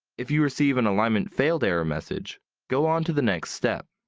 if you receive an alignment failed error message, go on to the next step.